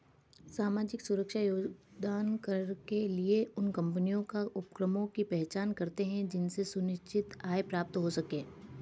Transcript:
सामाजिक सुरक्षा योगदान कर के लिए उन कम्पनियों या उपक्रमों की पहचान करते हैं जिनसे निश्चित आय प्राप्त हो सके